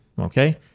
Okay